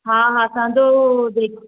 हा हा असांजो जेको